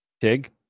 Tig